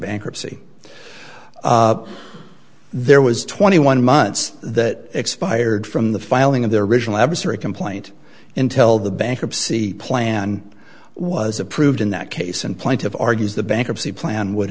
bankruptcy there was twenty one months that expired from the filing of their original every complaint until the bankruptcy plan was approved in that case and point of argues the bankruptcy plan would